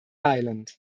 island